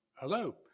Hello